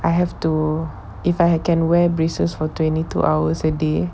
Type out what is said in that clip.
I have to if I can wear braces for twenty two hours a day